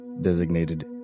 designated